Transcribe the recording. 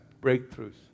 breakthroughs